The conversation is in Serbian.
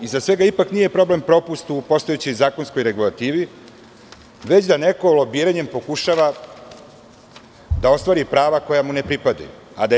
Iza svega ipak nije problem propust u postojećoj zakonskoj regulativi, već da neko lobiranjem pokušava da ostvari prava koja mu ne pripadaju.